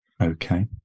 Okay